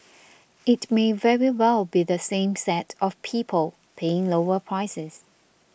it may very well be the same set of people paying lower prices